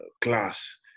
class